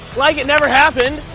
like it never happened!